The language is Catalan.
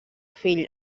fill